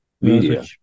media